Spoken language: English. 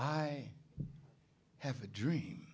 i have a dream